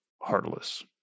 heartless